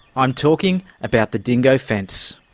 i'm talking about the dingo fence.